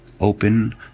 Open